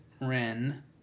Ren